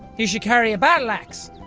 you should carry a battle axe.